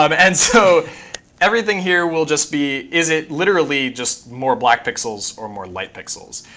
um and so everything here will just be is it literally just more black pixels or more light pixels?